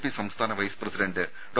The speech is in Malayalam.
പി സംസ്ഥാന വൈസ് പ്രസിഡന്റ് ഡോ